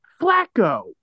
Flacco